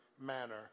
manner